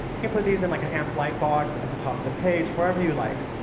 you can put these in like an amp lightbox at the top of the page, wherever you like.